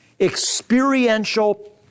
experiential